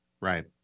Right